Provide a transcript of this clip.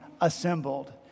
assembled